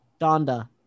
Donda